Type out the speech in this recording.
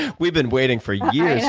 we've been waiting for years